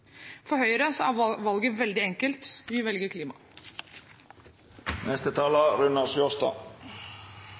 For Høyre er valget veldig enkelt: Vi velger